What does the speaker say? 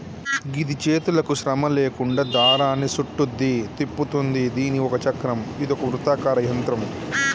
గిది చేతులకు శ్రమ లేకుండా దారాన్ని సుట్టుద్ది, తిప్పుతుంది దీని ఒక చక్రం ఇదొక వృత్తాకార యంత్రం